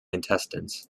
intestines